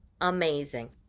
amazing